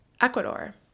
Ecuador